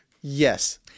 Yes